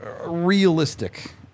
realistic